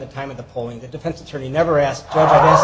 the time of the polling the defense attorney never asked for